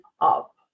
up